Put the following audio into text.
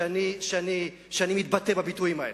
שאני מתבטא בביטויים האלה,